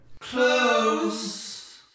Close